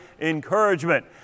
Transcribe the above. encouragement